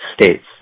states